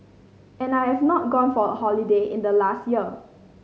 and I have not gone for a holiday in the last year